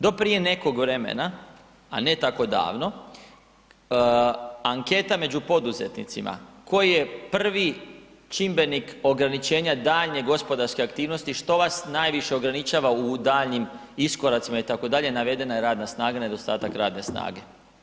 Do prije nekog vremena, a ne tako davno anketa među poduzetnicima koji je prvi čimbenik ograničenja daljnje gospodarske aktivnosti, što vas najviše ograničava u daljnjim iskoracima itd., navedena je radna snaga, nedostatak radne snage.